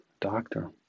doctor